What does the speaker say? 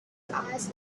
eyes